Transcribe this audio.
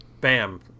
bam